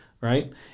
Right